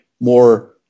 more